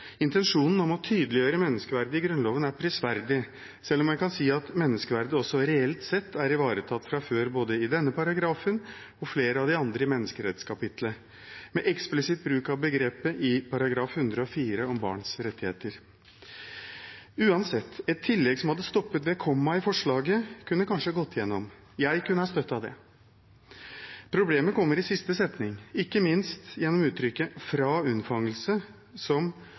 Intensjonen om å tydeliggjøre menneskeverdet i Grunnloven er prisverdig, selv om man kan si at menneskeverdet også reelt sett er ivaretatt fra før både i denne paragrafen og i flere av de andre menneskerettskapitlene, med eksplisitt bruk av begrepet i § 104 om barns rettigheter. Uansett: Et tillegg som hadde stoppet ved komma i forslaget, kunne kanskje gått igjennom. Jeg kunne ha støttet det. Problemet kommer i siste setning, ikke minst gjennom uttrykket «fra unnfangelse»,